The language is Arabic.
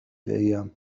الأيام